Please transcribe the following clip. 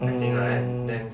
mm